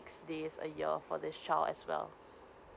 six days a year for the child as well